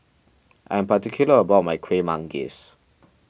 I am particular about my Kueh Manggis